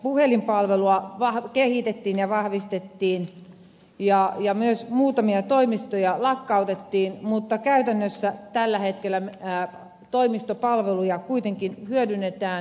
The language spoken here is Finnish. kelan asiakaspuhelinpalvelua kehitettiin ja vahvistettiin ja myös muutamia toimistoja lakkautettiin mutta käytännössä tällä hetkellä toimistopalveluja kuitenkin hyödynnetään